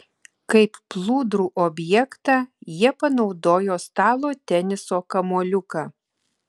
kaip plūdrų objektą jie panaudojo stalo teniso kamuoliuką